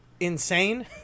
Insane